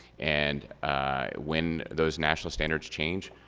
and when those national standards change,